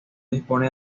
dispone